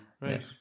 right